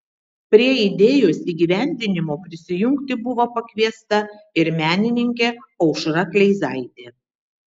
prie idėjos įgyvendinimo prisijungti buvo pakviesta ir menininkė aušra kleizaitė